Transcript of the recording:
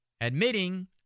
admitting